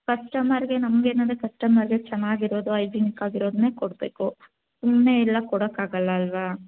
ಕಸ್ಟಮರ್ಗೆ ನಮಗೇನಾದ್ರು ಕಸ್ಟಮರ್ಗೆ ಚೆನ್ನಾಗಿರೋದು ಹೈಜಿನಿಕ್ ಆಗಿರೋದನ್ನೆ ಕೊಡಬೇಕು ಸುಮ್ಮನೆ ಎಲ್ಲ ಕೊಡೋಕ್ಕಾಗಲ್ಲ ಅಲ್ವ